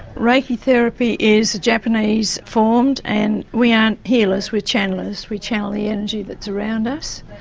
reiki therapy is japanese formed and we aren't healers we are channelers, we channel the energy that's around us.